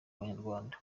abanyarwanda